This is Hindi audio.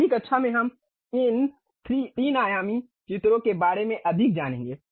अगली कक्षा में हम इन 3 आयामी चित्रों के बारे में अधिक जानेंगे